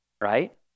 right